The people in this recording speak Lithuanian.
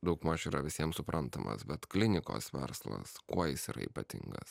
daugmaž yra visiems suprantamas bet klinikos verslas kuo jis yra ypatingas